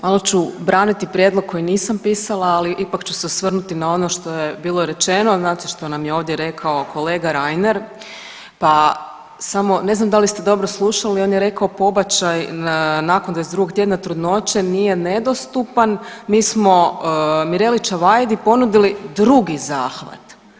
Malo ću braniti prijedlog koji nisam pisala, ali ipak ću se osvrnuti na ono što je bilo rečeno, znate što nam je ovdje rekao kolega Reiner pa samo, ne znam da li ste dobro slušali, on je rekao, pobačaj nakon 22 tjedna trudnoće nije nedostupan, mi smo Mireli Čavajdi ponudili drugi zahvat.